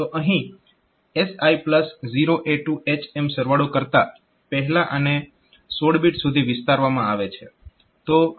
તો અહીં SI0A2H એમ સરવાળો કરતા પહેલા આને 16 બીટ સુધી વિસ્તારવામાં આવે છે